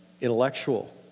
intellectual